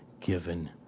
given